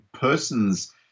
person's